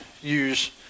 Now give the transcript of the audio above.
use